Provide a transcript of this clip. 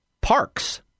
parks